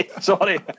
Sorry